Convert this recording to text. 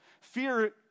fear